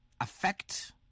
affect